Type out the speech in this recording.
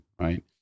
right